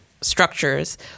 structures